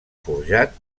forjat